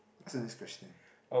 what's the next question